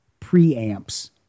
preamps